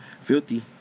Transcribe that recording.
Filthy